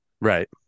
Right